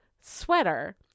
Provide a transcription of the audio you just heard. sweater